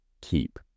keep